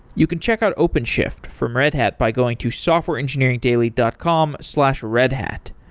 you can check out openshift from red hat by going to softwareengineeringdaily dot com slash redhat.